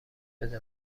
بده